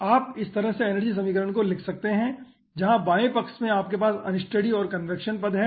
आप इस तरह से एनर्जी समीकरण को लिख सकते हैं जहां बाएं पक्ष में आपके पास अनस्टेडी और कन्वेक्शन पद हैं